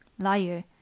Liar